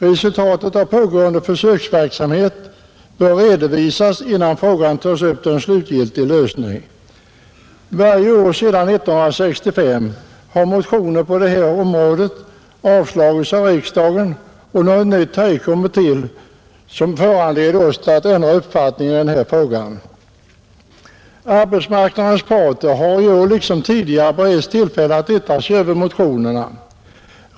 Resultatet av pågående försöksverksamhet bör redovisas innan frågan tas upp till en slutgiltig lösning. Varje år sedan år 1965 har motioner på det här området avslagits av riksdagen, och något nytt har ej kommit till som föranleder oss till att ändra vår uppfattning. Arbetsmarknadens parter har i år liksom tidigare beretts tillfälle att yttra sig över motionerna.